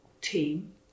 team